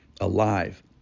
alive